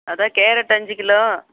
அதான் கேரட்டு அஞ்சு கிலோ